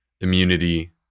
immunity